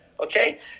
Okay